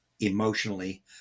emotionally